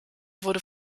wurde